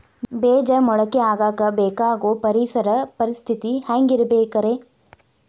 ಬೇಜ ಮೊಳಕೆಯಾಗಕ ಬೇಕಾಗೋ ಪರಿಸರ ಪರಿಸ್ಥಿತಿ ಹ್ಯಾಂಗಿರಬೇಕರೇ?